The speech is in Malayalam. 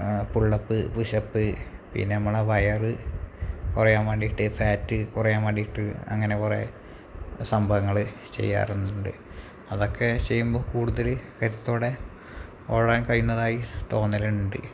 പുള്ളപ്പ് പുഷപ്പ് പിന്നെ നമ്മളെ വയറ് കുറയാൻ വേണ്ടിയിട്ട് ഫാറ്റ് കുറയാൻ വേണ്ടിയിട്ട് അങ്ങനെ കുറേ സംഭവങ്ങള് ചെയ്യാറുണ്ട് അതൊക്കെ ചെയ്യുമ്പോള് കൂടുതല് കരുത്തോടെ ഓടാൻ കഴിയുന്നതായി തോന്നലുണ്ട്